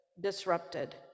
disrupted